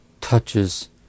touches